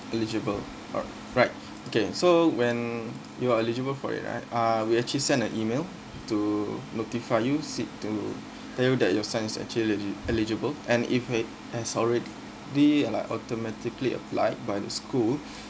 eligible alright right okay so when you are eligible for it right uh we actually send an email to notify you sit to tell you that your son is actually e~ eligible and if he eh sorry the are like automatically applied by the school